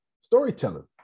storyteller